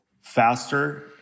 faster